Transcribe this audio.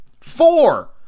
four